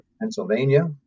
Pennsylvania